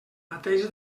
mateix